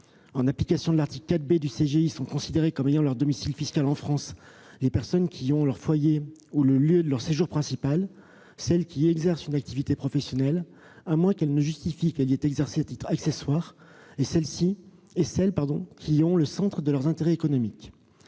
En application de l'article 4 B du CGI, sont considérés comme ayant leur domicile fiscal en France les personnes qui y ont leur foyer ou le lieu de leur séjour principal, celles qui y exercent une activité professionnelle, à moins qu'elles ne justifient que cette activité y est exercée à titre accessoire, et celles qui y ont le centre de leurs intérêts économiques.